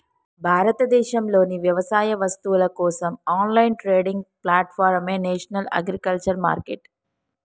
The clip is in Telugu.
భారతదేశంలోని వ్యవసాయ వస్తువుల కోసం ఆన్లైన్ ట్రేడింగ్ ప్లాట్ఫారమే నేషనల్ అగ్రికల్చర్ మార్కెట్